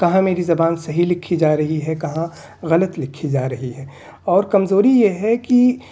کہاں میری زبان صحیح لکھی جا رہی ہے کہاں غلط لکھی جا رہی ہے اور کمزوری یہ ہے کہ